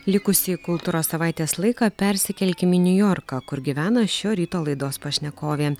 likusį kultūros savaitės laiką persikelkim į niujorką kur gyvena šio ryto laidos pašnekovė